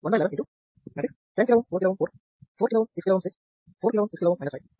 G matrix యొక్క విలోమం 111 x 10 kΩ 4 kΩ 4 4 kΩ 6kΩ 6 4 kΩ 6 kΩ 5 అవుతుంది